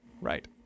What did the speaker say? Right